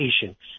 patients